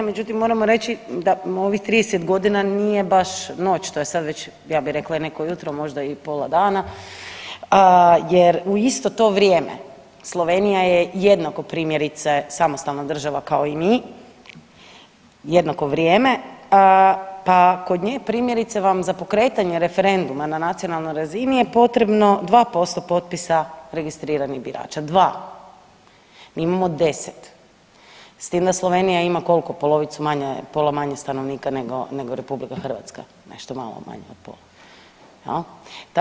Međutim, moramo reći da u ovih 30.g. nije baš noć, to je sad već ja bi rekla i neko jutro, možda i pola dana jer u isto to vrijeme Slovenija je jednako primjerice samostalna država kao i mi, jednako vrijeme, pa kod nje primjerice vam za pokretanje referenduma na nacionalnoj razini je potrebno 2% potpisa registriranih birača, 2, mi imamo 10, s tim da Slovenija ima, koliko, polovicu manje, pola manje stanovnika nego, nego RH, nešto malo manje od pola jel.